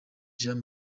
jean